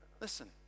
Listen